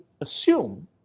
assume